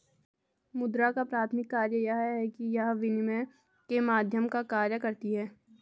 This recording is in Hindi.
मुद्रा का प्राथमिक कार्य यह है कि यह विनिमय के माध्यम का कार्य करती है